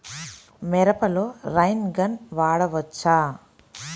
మిరపలో rain gun వాడవచ్చా?